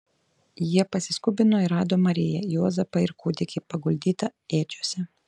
jie pasiskubino ir rado mariją juozapą ir kūdikį paguldytą ėdžiose